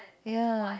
ya